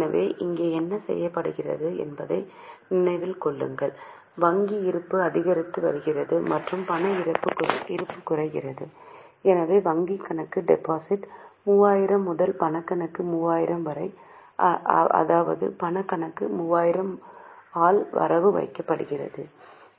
எனவே இங்கே என்ன செய்யப்படுகிறது என்பதை நினைவில் கொள்ளுங்கள் வங்கி இருப்பு அதிகரித்து வருகிறது மற்றும் பண இருப்பு குறைகிறது எனவே வங்கி கணக்கு டெபிட் 3000 முதல் பண கணக்கு 3000 வரை அதாவது பணக் கணக்கு 3000 ஆல் வரவு வைக்கப்படுகிறது